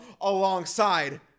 alongside